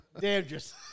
Dangerous